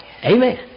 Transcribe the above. Amen